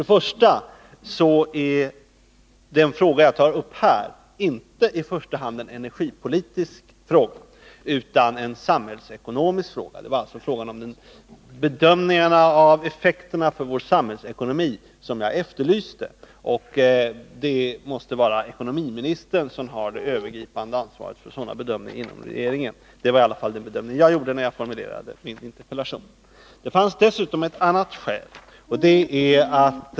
Det första skälet är att den fråga som jag här tar upp inte i första hand är en energipolitisk fråga, utan en samhällsekonomisk fråga. Det var alltså en bedömning av effekterna för vår samhällsekonomi som jag efterlyste. Det måste vara ekonomiministern som har det övergripande ansvaret för sådana bedömningar inom regeringen — det var i alla fall den bedömning jag gjorde när jag formulerade min interpellation. Det fanns dessutom ett annat skäl.